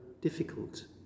difficult